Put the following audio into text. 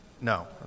no